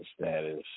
status